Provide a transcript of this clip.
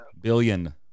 billion